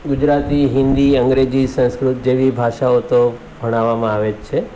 ગુજરાતી હિન્દી અંગ્રેજી સંસ્કૃત જેવી ભાષાઓ તો ભણાવવામાં આવે જ છે